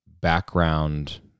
background